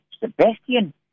Sebastian